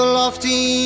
lofty